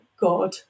God